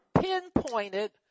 pinpointed